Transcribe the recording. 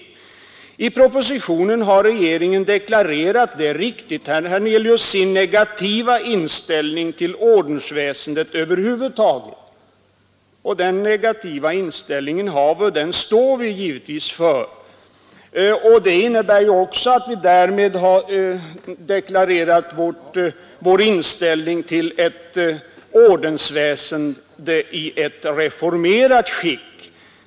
I propositionen har regeringen deklarerat — det är riktigt, herr Hernelius — sin negativa inställning till ordensväsendet över huvud föremål för prövning i propositionen. Det är också fel. På s propositionen finns r taget. Denna negativa inställning har vi, och den står vi givetvis för. Det innebär att vi också har deklarerat vår inställning till ett ordensväsende i reformerat skick.